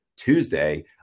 Tuesday